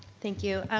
thank you.